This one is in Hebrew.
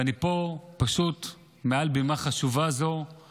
ומעל בימה חשובה זו אני